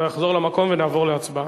תחזור למקום ונעבור להצבעה.